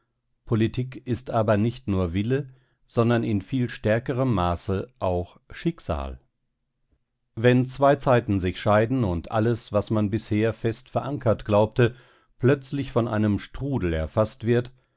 politik ist aber nicht nur wille sondern in viel stärkerem maße auch schicksal wenn zwei zeiten sich scheiden und alles was man bisher fest verankert glaubte plötzlich von einem strudel erfaßt wird